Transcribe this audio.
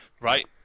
Right